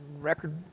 record